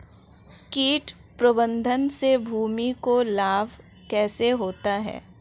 कीट प्रबंधन से भूमि को लाभ कैसे होता है?